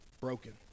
broken